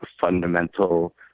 fundamental